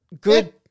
good